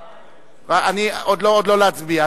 עוד לא להצביע,